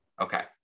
Okay